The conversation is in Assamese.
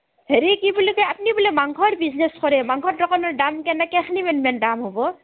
হেৰি কি বুলি কয় আপুনি বোলে মাংসৰ বিজনেছ কৰে মাংসৰ দোকানৰ দাম কেনেকৈ কেইখিনিমান দাম হ'ব